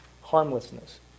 harmlessness